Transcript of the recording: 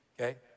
okay